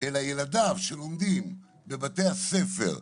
אלא ילדיו שלומדים בבתי הספר,